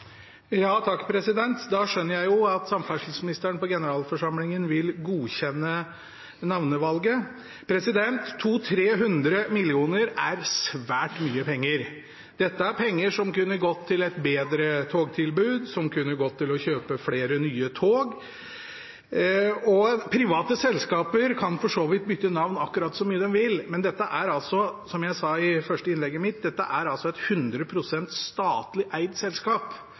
Da skjønner jeg at samferdselsministeren på generalforsamlingen vil godkjenne navnevalget. 200–300 mill. kr er svært mye penger. Det er penger som kunne gått til et bedre togtilbud, som kunne gått til å kjøpe flere nye tog. Private selskaper kan for så vidt bytte navn akkurat så mye som de vil, men dette er – som jeg sa i det første innlegget mitt – et 100 pst. statlig eid selskap.